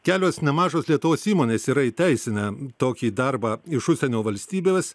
kelios nemažos lietuvos įmonės yra įteisinę tokį darbą iš užsienio valstybės